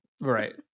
Right